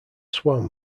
swam